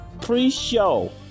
pre-show